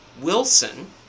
Wilson